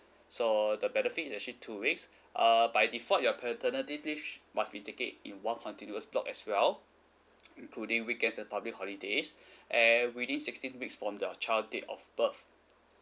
so the benefit is actually two weeks uh by default your paternity must be take it in one continuous block as well including weekends and public holidays and within sixteen weeks from your child date of birth